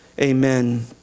Amen